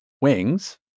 wings